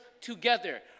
together